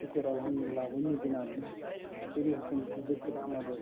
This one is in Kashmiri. شُکُر اَلحمدُ لِلہ ؤنِو جناب کٔرِو حُکم بہٕ چھُس بشیر احمد حظ